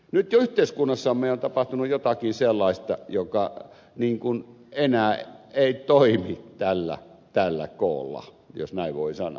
nyt yhteiskunnassamme on tapahtunut jotakin sellaista joka niin kuin enää ei toimi tällä koolla jos näin voi sanoa